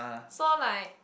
so like